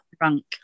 drunk